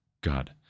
God